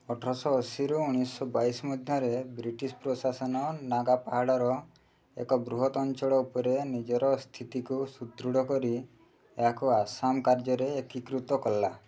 ଅଠରଶହ ଅଶୀରୁ ଉଣେଇଶହ ବାଇଶି ମଧ୍ୟରେ ବ୍ରିଟିଶ୍ ପ୍ରଶାସନ ନାଗା ପାହାଡ଼ର ଏକ ବୃହତ ଅଞ୍ଚଳ ଉପରେ ନିଜର ସ୍ଥିତିକୁ ସୁଦୃଢ଼ କରି ଏହାକୁ ଆସାମ କାର୍ଯ୍ୟରେ ଏକୀକୃତ କଲା